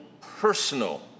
personal